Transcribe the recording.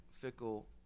fickle